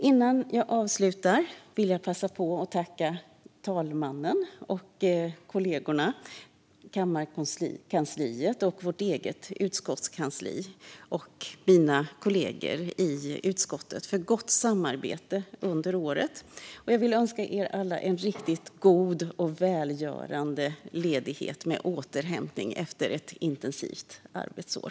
Innan jag avslutar vill jag passa på att tacka talmannen och kollegorna, kammarkansliet, vårt eget utskottskansli och mina kollegor i utskottet för gott samarbete under året. Jag vill önska er alla en riktigt god och välgörande ledighet med återhämtning efter ett intensivt arbetsår.